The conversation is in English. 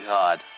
God